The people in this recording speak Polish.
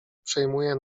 przejmuje